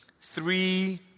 three